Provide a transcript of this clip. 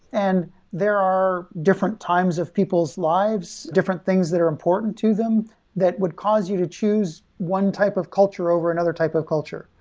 and there are different times of people's lives, different things that are important to them that would cause you to choose one type of culture over another type of culture.